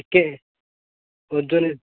ଟିକେ ଓଜନ